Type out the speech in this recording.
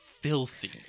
filthy